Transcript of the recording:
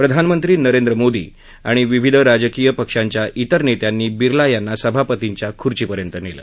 प्रधानमंत्री नरेंद्र मोदी आणि विविध राजकीय पक्षांच्या विर नेत्यांनी बिर्ला यांना सभापतींच्या खुर्चीपर्यंत नेलं